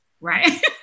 right